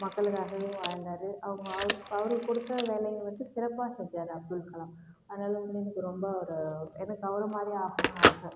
மக்களுக்காகவே வாழ்ந்தார் அவங்க அவருக் அவருக்கு கொடுத்த வேலையை வந்து சிறப்பாக செஞ்சார் அப்துல்கலாம் அதனால் வந்து எனக்கு ரொம்ப அவரை எனக்கு அவர மாரியே ஆகணுன்னு ஆசை